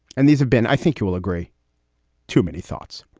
and these have been i think you will agree to many thoughts